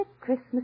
Christmas